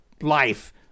life